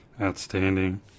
Outstanding